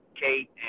Kate